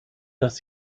dass